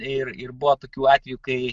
ir ir buvo tokių atvejų kai